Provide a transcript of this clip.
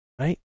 right